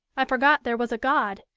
i forgot there was a god,